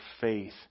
faith